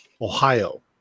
Ohio